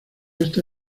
esta